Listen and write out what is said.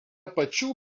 pačių